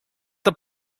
that